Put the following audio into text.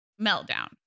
meltdown